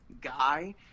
guy